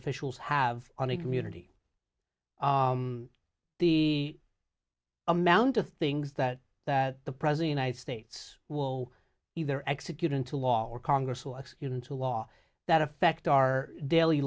officials have on a community the amount of things that that the president ited states will either execute into law or congress or into law that affect our daily